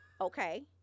okay